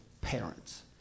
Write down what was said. parents